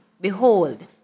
Behold